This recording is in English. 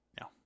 No